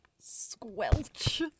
Squelch